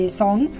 song